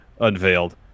unveiled